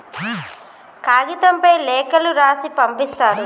కాగితంపై లేఖలు రాసి పంపిస్తారు